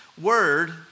word